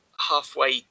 halfway